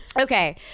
Okay